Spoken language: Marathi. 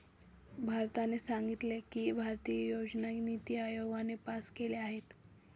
भारताने सांगितले की, भारतीय योजना निती आयोगाने पास केल्या आहेत